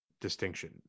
distinction